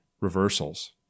Reversals